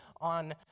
on